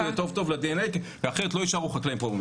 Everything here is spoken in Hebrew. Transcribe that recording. תכניסו את זה טוב טוב ל-D.N.A אחרת לא יישארו חקלאים פה במדינה,